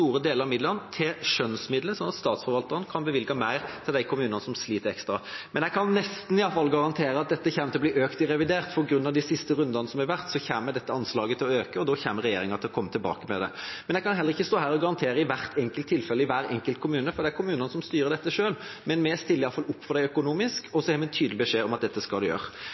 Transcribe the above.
mer til de kommunene som sliter ekstra. Jeg kan iallfall nesten garantere at det kommer til å bli økt i revidert, for på grunn av de siste rundene som har vært, kommer anslaget til å øke, og da kommer regjeringa tilbake til det. Jeg kan ikke stå her og garantere i hvert enkelt tilfelle, i hver enkelt kommune, for det er kommunene som styrer dette selv, men vi stiller opp for dem økonomisk, og så gir vi tydelig beskjed om at dette skal de gjøre.